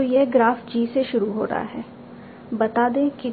तो यह graph G से शुरू हो रहा है बता दें कि